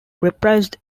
reprised